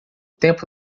tempo